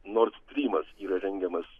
nord strymas yra rengiamas